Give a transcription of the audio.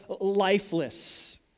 lifeless